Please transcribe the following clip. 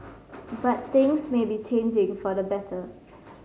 but things may be changing for the better